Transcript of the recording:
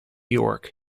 york